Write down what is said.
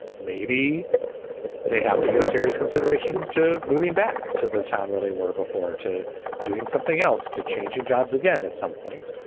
maybe they have to give serious consideration to moving back to the town where they were before or to doing something else to change and jobs again at some point?